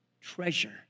treasure